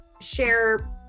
share